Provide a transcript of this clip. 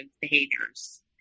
behaviors